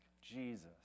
Jesus